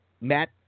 Matt